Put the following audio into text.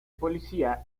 policía